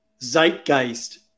zeitgeist